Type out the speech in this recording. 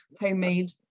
homemade